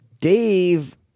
Dave